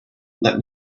let